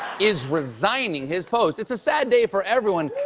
is resigning his post. it's a sad day for everyone,